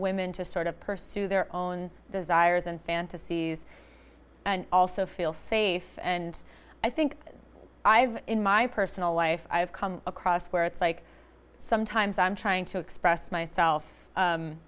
women to sort of person to their own desires and fantasies and also feel safe and i think i've in my personal life i've come across where it's like sometimes i'm trying to express myself